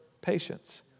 patience